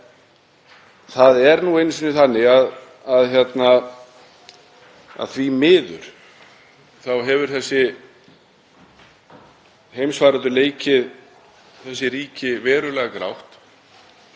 það er nú einu sinni þannig að því miður hefur heimsfaraldurinn leikið þessi ríki verulega grátt.